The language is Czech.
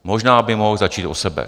Možná by mohl začít u sebe.